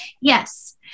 Yes